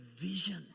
vision